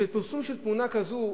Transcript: פרסום של תמונה כזאת,